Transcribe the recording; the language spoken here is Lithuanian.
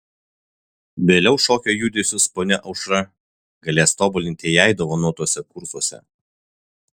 vėliau šokio judesius ponia aušra galės tobulinti jai dovanotuose kursuose